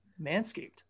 manscaped